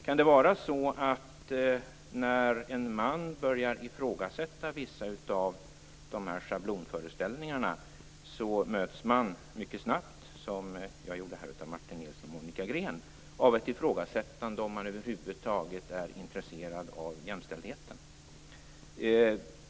Kan det vara så att när en man börjar ifrågasätta vissa av de här schablonföreställningarna möts han mycket snabbt - som jag gjorde här av Martin Nilsson och Monica Green - av ett ifrågasättande om han över huvud taget är intresserad av jämställdheten.